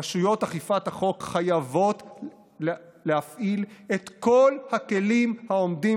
רשויות אכיפת החוק חייבות להפעיל את כל הכלים העומדים